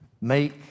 make